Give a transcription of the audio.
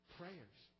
prayers